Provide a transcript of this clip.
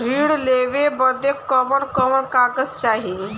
ऋण लेवे बदे कवन कवन कागज चाही?